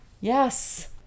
Yes